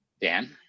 Dan